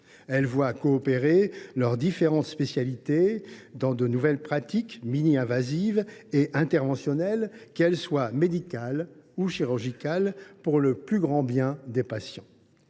Elles voient coopérer leurs différentes spécialités dans les nouvelles pratiques “mini invasives” et “interventionnelles”, qu’elles soient médicales ou chirurgicales, pour le plus grand bien des patients.